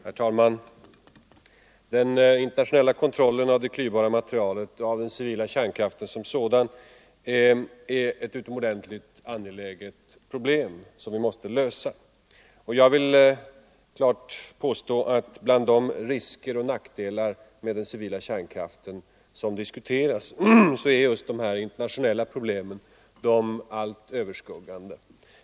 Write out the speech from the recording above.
Herr talman! Den internationella kontrollen av det klyvbara materialet och den civila kärnkraften som sådan är ett utomordentligt angeläget problem som vi måste lösa. Jag vill klart påstå att bland de risker och nackdelar med den civila kärnkraften som diskuteras är just de internationella problemen de allt överskuggande.